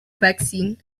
vaccine